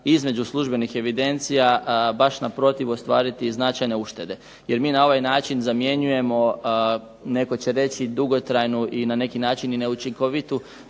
između službenih evidencija baš naprotiv ostvariti i značajne uštede, jer mi na ovaj način zamjenjujemo, netko će reći dugotrajnu i na neki način i neučinkovitu